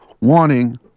wanting